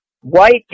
white